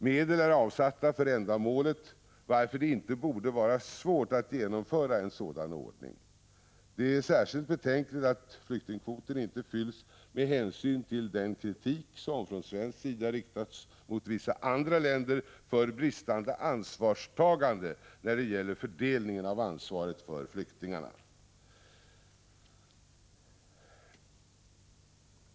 Medel är avsatta för ändamålet, varför det inte borde vara svårt att genomföra en sådan ordning. Det är särskilt betänkligt att flyktingkvoten inte fylls med hänsyn till den kritik som från svensk sida riktats mot vissa andra länder för bristande ansvarstagande när det gäller fördelningen av ansvaret för flyktingarna.